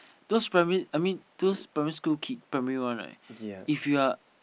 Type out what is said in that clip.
those primary I mean those primary school kid primary one right if you're